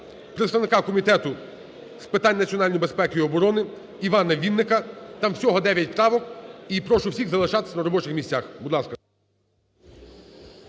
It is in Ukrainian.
представника Комітету з питань національної безпеки і оборони Івана Вінника. Там всього 9 правок, і прошу всіх залишатися на робочих місцях. 10:46:35